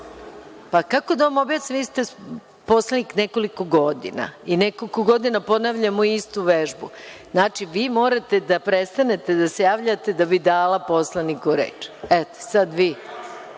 mi. Kako da vam objasnim, vi ste poslanik nekoliko godina i nekoliko godina ponavljamo istu vežbu. Znači, vi morate da prestanete da se javljate da bih dala poslaniku reč. Ja kažem sad vi